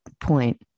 point